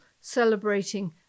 celebrating